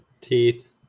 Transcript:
teeth